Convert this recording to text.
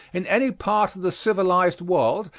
in any part of the civilized world,